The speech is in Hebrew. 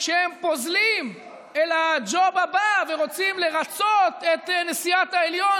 כשהם פוזלים אל הג'וב הבא ורוצים לרצות את נשיאת העליון